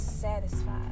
satisfied